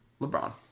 LeBron